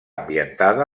ambientada